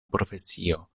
profesio